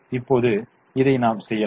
இப்போது இதை நாம் செய்யலாம்